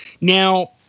Now